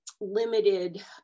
limited